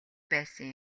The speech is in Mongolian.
байсан